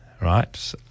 right